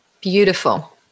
Beautiful